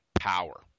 power